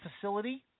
facility